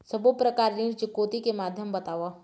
सब्बो प्रकार ऋण चुकौती के माध्यम बताव?